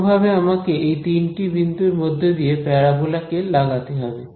কোনভাবে আমাকে এই তিনটি বিন্দুর মধ্য দিয়ে প্যারাবোলা কে লাগাতে হবে